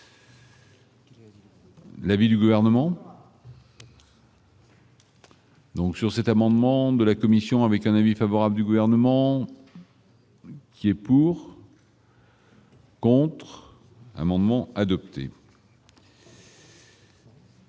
L'avis du gouvernement. Donc sur cet amendement de la commission avec un avis favorable du gouvernement. Qui est pour. Contre l'amendement adopté.